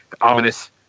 ominous